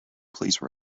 please